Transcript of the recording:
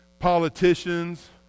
politicians